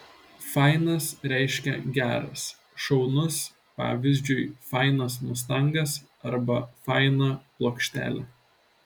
fainas reiškia geras šaunus pavyzdžiui fainas mustangas arba faina plokštelė